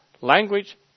Language